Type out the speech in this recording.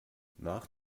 nach